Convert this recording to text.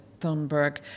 Thunberg